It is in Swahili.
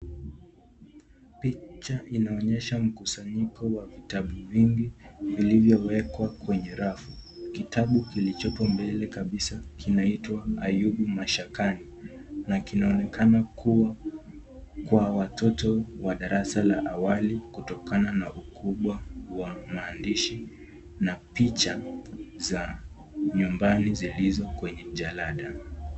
Picha inaonyesha mkusanyiko wa vitabu vingi vilivyowekwa kwenye rafu. Kitabu kilichopo mbele kabisa kinaitwa Ayubu Mashakani na kinaonekana kuwa kwa watoto wa darasa la awali kutokana na ukubwa wa maandishi na picha za nyumbani zilizo kwenye jalada.